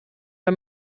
bei